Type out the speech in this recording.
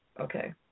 Okay